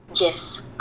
Yes